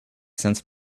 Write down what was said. sense